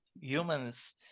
humans